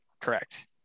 Correct